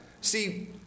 See